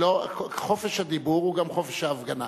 חופש הדיבור הוא גם חופש ההפגנה.